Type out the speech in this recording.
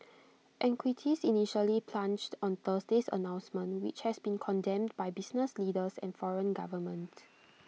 equities initially plunged on Thursday's announcement which has been condemned by business leaders and foreign governments